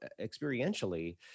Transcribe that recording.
experientially